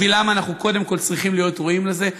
בשבילם, אנחנו קודם כול צריכים להיות ראויים לזה.